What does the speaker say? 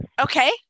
okay